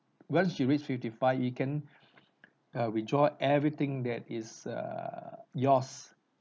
once you reached fifty five you can uh withdraw everything that is err yours